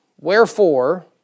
Wherefore